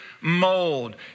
mold